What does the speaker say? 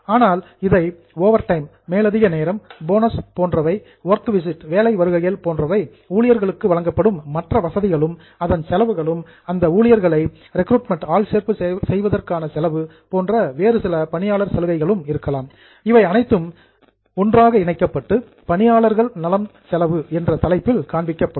ஆனால் இதில் ஓவர்டைம் மேலதிக நேரம் போனஸ் போனஸ் போன்றவை வொர்க் விசிட் வேலை வருகைகள் போன்றவை ஊழியர்களுக்கு வழங்கப்படும் மற்ற வசதிகளும் அதன் செலவுகளும் அந்த ஊழியர்களை ரெக்ரூட்மெண்ட் ஆட்சேர்ப்பு செய்வதற்கான செலவு போன்ற வேறு சில பணியாளர் சலுகைகள் இருக்கலாம் இவை அனைத்தும் கிளப்டு டுகெதர் ஒன்றாக இணைக்கப்பட்டு பணியாளர் நலன் செலவு என்ற தலைப்பில் காண்பிக்கப்படும்